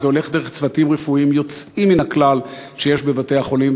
זה הולך דרך צוותים רפואיים יוצאים מן הכלל שיש בבתי-החולים,